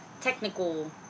technical